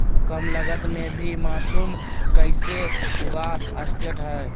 कम लगत मे भी मासूम कैसे उगा स्केट है?